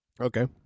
Okay